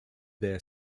their